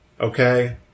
okay